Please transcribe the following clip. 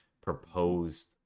proposed